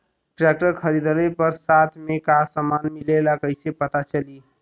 Tractor खरीदले पर साथ में का समान मिलेला कईसे पता चली?